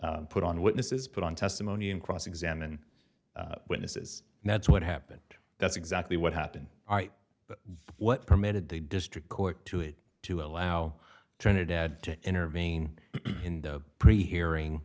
put on witnesses put on testimony and cross examine witnesses and that's what happened that's exactly what happened but what permitted the district court to it to allow trinidad to intervene in the pre hearing